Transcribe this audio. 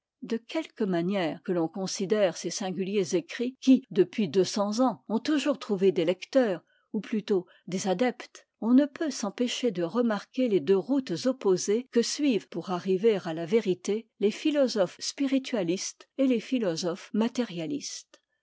de quelque manière que l'on considère ces singuliers écrits qui depuis deux cents ans ont toujours trouvé des lecteurs ou plutôt des adeptes on ne peut s'empêcher de remarquer les deux routes opposées que suivent pour arriver à la vérité les philosophes spiritualistes et les philosophes matérialistes